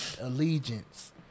allegiance